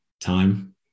time